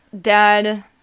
dad